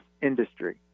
industry